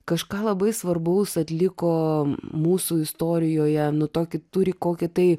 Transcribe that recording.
kažką labai svarbaus atliko mūsų istorijoje nu tokį turi kokį tai